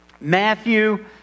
Matthew